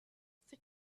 for